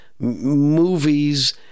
movies